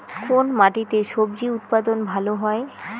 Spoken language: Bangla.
কোন মাটিতে স্বজি উৎপাদন ভালো হয়?